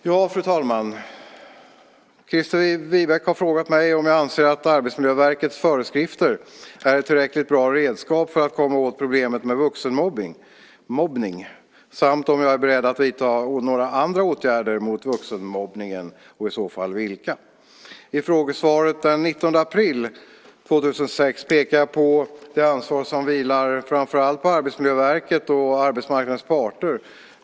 Fru talman! Christer Winbäck har frågat mig om jag anser att Arbetsmiljöverkets föreskrifter är ett tillräckligt bra redskap för att komma åt problemet med vuxenmobbning samt om jag är beredd att vidta några andra åtgärder mot vuxenmobbningen och i så fall vilka. I frågesvaret den 19 april 2006 pekade jag på det ansvar som vilar framför allt på Arbetsmiljöverket och arbetsmarknadens parter.